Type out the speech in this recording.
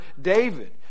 David